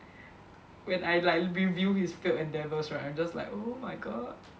when I like review his failed endeavours right I'm just like oh my god